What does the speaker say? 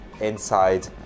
inside